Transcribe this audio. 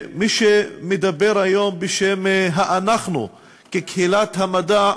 מי שמדבר היום בשם ה"אנחנו" כקהילת המדע,